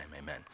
amen